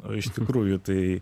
o iš tikrųjų tai